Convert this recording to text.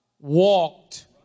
walked